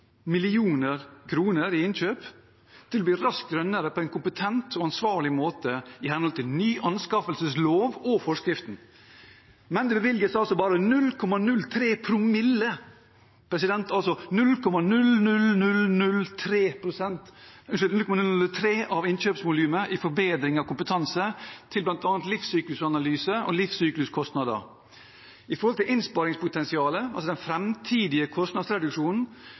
i innkjøp, som kan brukes til å bli grønnere raskt og på en kompetent og ansvarlig måte i henhold til en ny anskaffelseslov og forskriften. Men det bevilges altså bare 0,03 promille, altså 0,003 pst., av innkjøpsvolumet til forbedring av kompetanse, til bl.a. livssyklusanalyse og livssykluskostnader. I forhold til innsparingspotensialet, altså den framtidige kostnadsreduksjonen